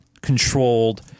controlled